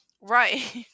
right